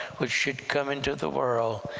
which should come into the world.